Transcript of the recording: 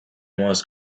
mouse